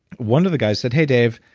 one of the guys said, hey dave,